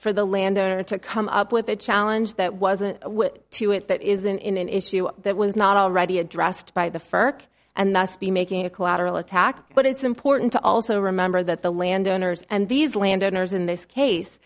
for the landowner to come up with a challenge that wasn't wit to it that isn't in an issue that was not already addressed by the first and thus be making a collateral attack but it's important to also remember that the landowners and these landowners in this case